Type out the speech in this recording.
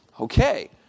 Okay